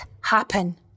happen